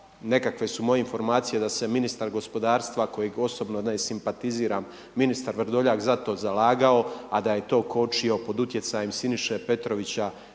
nekakve su moje informacije da se ministar gospodarstva kojeg osobno ne simpatiziram ministar Vrdoljak za to zalagao a da je to kočio pod utjecajem Siniše Petrovića